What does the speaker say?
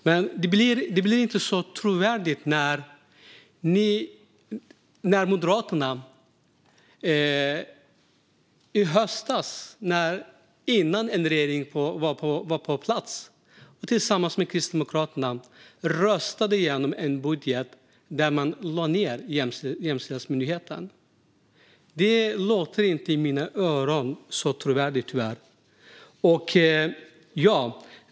Men det blir inte så trovärdigt när Moderaterna i höstas, innan en regering var på plats, tillsammans med Kristdemokraterna röstade igenom en budget som innebar att man lade ned Jämställdhetsmyndigheten. Det låter tyvärr inte så trovärdigt i mina öron.